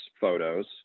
photos